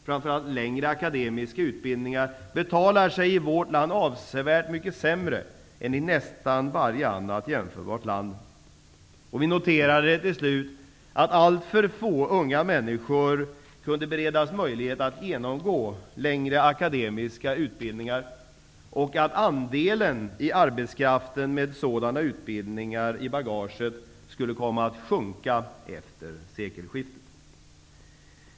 Framför allt längre akademiska utbildningar betalar sig i vårt land avsevärt mycket sämre än i nästan varje annat jämförbart land. Vi noterade till sist att alltför få unga människor kunde beredas möjlighet att genomgå längre akademiska utbildningar och att andelen i arbetskraften med sådana utbildningar i bagaget skulle komma att sjunka efter sekelskiftet.